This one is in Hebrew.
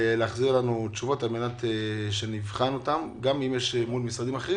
ולהחזיר לנו תשובות כדי שנבחן גם אם יש מול משרדים אחרים.